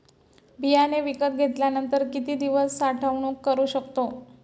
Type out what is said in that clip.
बियाणे विकत घेतल्यानंतर किती दिवस साठवणूक करू शकतो?